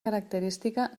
característica